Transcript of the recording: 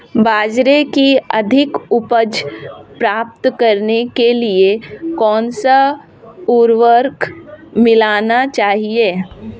बाजरे की अधिक उपज प्राप्त करने के लिए कौनसा उर्वरक मिलाना चाहिए?